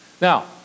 Now